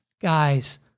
guys